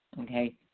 Okay